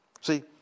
See